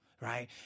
Right